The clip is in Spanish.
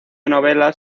novelas